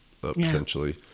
potentially